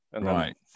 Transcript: right